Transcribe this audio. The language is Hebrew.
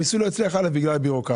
המיסוי לא הצליח בין היתר בגלל בירוקרטיה,